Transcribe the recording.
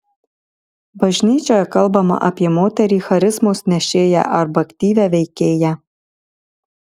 bažnyčioje kalbama apie moterį charizmos nešėją arba aktyvią veikėją